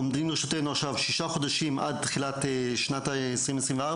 עומדים לרשותנו עכשיו שישה חודשים עד תחילת שנת 2024,